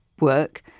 work